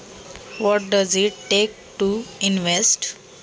गुंतवणूक करण्यासाठी काय करायला लागते?